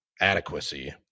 adequacy